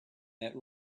that